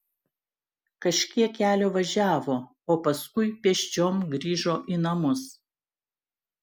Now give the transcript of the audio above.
kažkiek kelio važiavo o paskui pėsčiom grįžo į namus